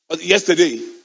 yesterday